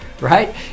right